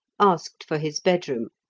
asked for his bedroom.